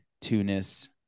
Tunis